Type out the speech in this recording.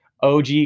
OG